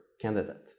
Candidate